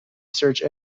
search